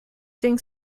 think